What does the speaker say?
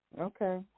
Okay